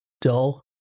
Dull